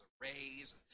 raise